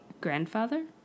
Grandfather